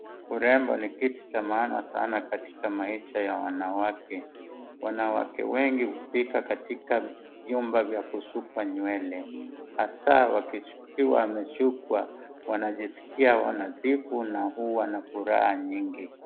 Urembo ni kitu cha maana sana katika maisha ya wanawake. Wanawake wengi hufika katika vyumba vya kusukwa nywele, hasaa wakiwa wameshukwa wanajiskia wanadhifu na huwa na furaha nyingi.